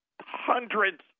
hundreds